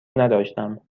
نداشتم